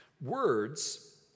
Words